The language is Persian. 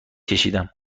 کشیدم